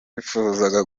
nifuzaga